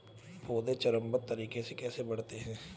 पौधे चरणबद्ध तरीके से कैसे बढ़ते हैं?